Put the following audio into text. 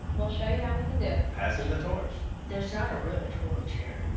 we'll show you how we can do it. passing the torch. there's not a real torch here.